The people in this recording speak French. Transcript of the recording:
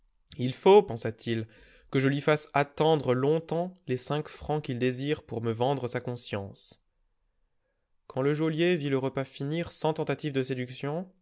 il faut pensa-t-il que je lui fasse attendre longtemps les cinq francs qu'il désire pour me vendre sa conscience quand le geôlier vit le repas finir sans tentative de séduction